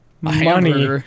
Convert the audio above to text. ...money